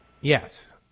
Yes